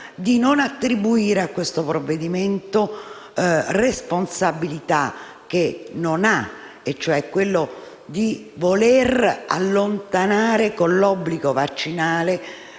di non attribuire al provvedimento responsabilità che non ha e, cioè, quella di voler allontanare con l'obbligo vaccinale